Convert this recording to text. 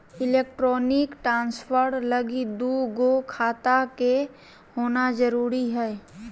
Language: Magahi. एलेक्ट्रानिक ट्रान्सफर लगी दू गो खाता के होना जरूरी हय